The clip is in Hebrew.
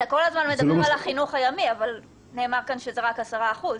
אתה כל הזמן מדבר על החינוך הימי אבל נאמר כאן שזה רק 10 אחוזים.